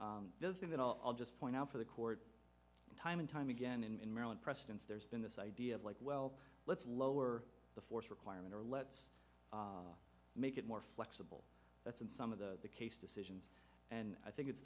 thing that i'll just point out for the court time and time again in maryland precedence there's been this idea of like well let's lower the force requirement or let's make it more flexible that's in some of the case decisions and i think it's